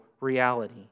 reality